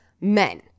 men